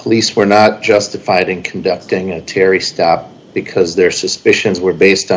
police were not justified in conducting a terry stop because their suspicions were based on a